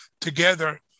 together